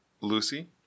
Lucy